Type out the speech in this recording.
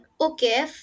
Okay